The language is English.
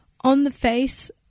on-the-face